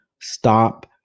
stop